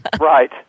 Right